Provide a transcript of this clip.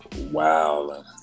Wow